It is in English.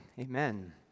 amen